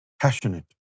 Passionate